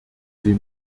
sie